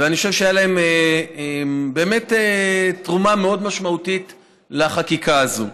ואני חושב שהייתה להן באמת תרומה מאוד משמעותית לחקיקה הזאת.